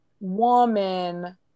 woman